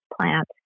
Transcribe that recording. plant